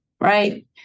right